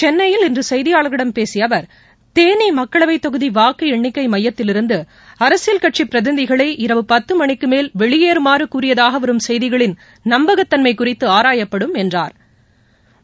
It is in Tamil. சென்னையில் இன்று செய்தியாளர்களிடம் பேசிய அவர் தேனி மக்களவை தொகுதி வாக்கு எண்ணிக்கை மையத்திலிருந்து அரசியல் கட்சி பிரதிநிதிகளை இரவு பத்து மணிக்கு மேல் வெளியேறமாறு கூறியதாக வரும் செய்திகளின் நம்பகத்தன்மை குறித்து ஆராயப்படும் என்றாா்